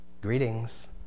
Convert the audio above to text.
Greetings